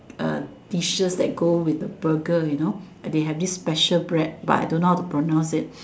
uh dishes that go with the burgers you know they have this special bread but I don't know how to pronounce it